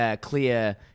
clear